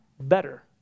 better